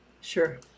Sure